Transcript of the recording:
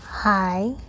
hi